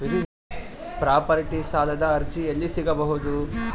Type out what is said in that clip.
Property ಸಾಲದ ಅರ್ಜಿ ಎಲ್ಲಿ ಸಿಗಬಹುದು?